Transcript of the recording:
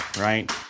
right